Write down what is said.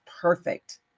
perfect